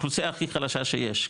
האוכלוסייה הכי חלשה שיש,